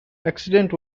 accident